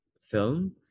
film